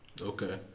Okay